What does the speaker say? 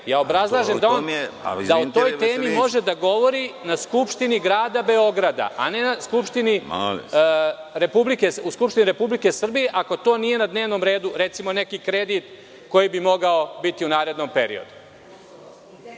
Obrazlažem da o toj temi može da govori na skupštini grada Beograda, a ne u Skupštini Republike Srbije, ako to nije na dnevnom redu, recimo neki kredit koji bi mogao biti u narednom periodu.